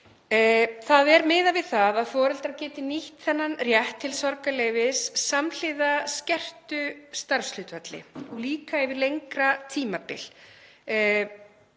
Það er miðað við að foreldrar geti nýtt þennan rétt til sorgarleyfis samhliða skertu starfshlutfalli, líka yfir lengra tímabil.